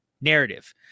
narrative